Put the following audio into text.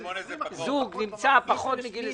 זוג הוא בן פחות מגיל 28,